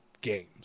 games